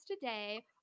today